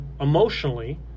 emotionally